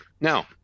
Now